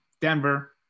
Denver